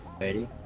Ready